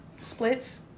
splits